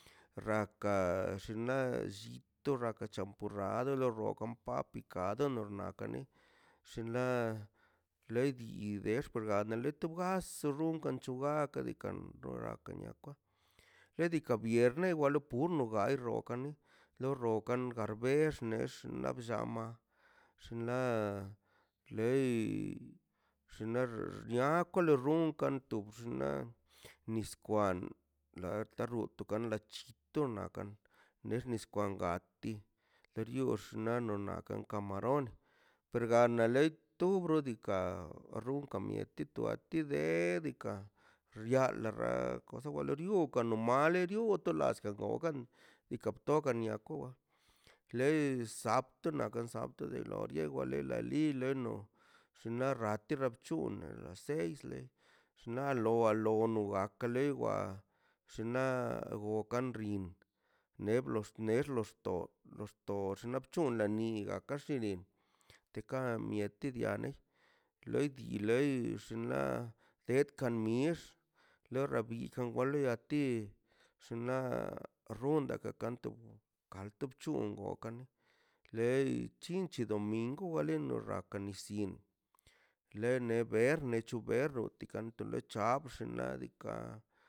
Rraka shinḻa llito rraka champurrado lo rro kon pan picado nor nakani xin ḻa leidii dexꞌ perga ḻetu bas xunkaꞌ chuba kadikan roraka niakwaꞌ edikaꞌ viernə waḻa purno hay rokane ḻo rokanə garbex nex naꞌ bllama xnaꞌ lei xnaꞌ xnia kwalo runkan tu bllna nis kwan ḻa tarru to kan lachito lakan len nis kwan gatti per yux naꞌ no nakan kamarón per gana ḻei tur diikaꞌ rrun kamieti to de diikaꞌ xia ḻa rra koza wale rio kano maledio to laska ogan y kapto gania koa ḻe sapto na kon sapto de lo llewa ḻeḻa li ḻeno xnaꞌ rrate rrabc̱huṉ ḻa seis ḻe xna' ḻoa ḻo ono aka lewa xnaꞌ wokan rin neblox- nexlox to tox naꞌ bc̱hunle ni agaxini teka miete dianei leidi ḻei xinḻa tetka nix lerra bikan wale a ti shunla rrunda kak kanto- kanto bc̱hun wokan ḻei chinche domingu alen norraka nis yin ḻene ber ṉec̱hu berro tikan tele chabx xnaꞌ diikaꞌ.